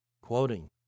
Quoting